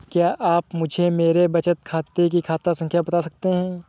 क्या आप मुझे मेरे बचत खाते की खाता संख्या बता सकते हैं?